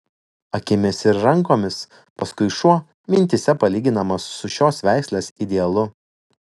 akimis ir rankomis paskui šuo mintyse palyginamas su šios veislės idealu